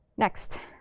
next,